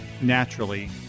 naturally